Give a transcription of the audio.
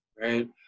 right